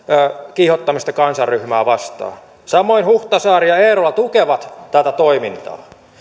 kiihottamisesta kansanryhmää vastaan samoin huhtasaari ja eerola tukevat tätä toimintaa